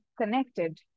connected